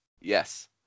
Yes